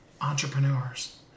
entrepreneurs